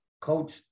coach